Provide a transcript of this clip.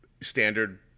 standard